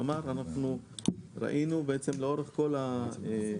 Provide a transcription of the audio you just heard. כלומר אנחנו ראינו בעצם לאורך כל המדינה,